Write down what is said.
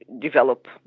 develop